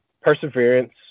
perseverance